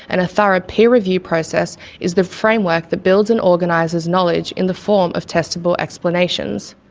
and a thorough peer review process is the framework that builds and organizes knowledge in the form of testable explanations.